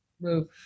Move